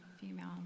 female